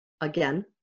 again